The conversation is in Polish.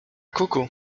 kuku